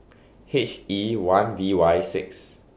H E one V Y six